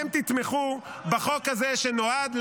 -- החוק מקדם את